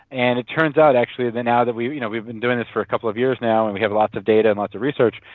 and it turns out actually that now that we've you know we've been doing this for a couple of years now and we have lots of data and lots of research,